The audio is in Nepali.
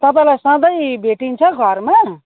तपाईँलाई सधैँ भेटिन्छ घरमा